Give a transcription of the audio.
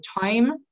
time